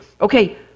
okay